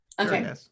Okay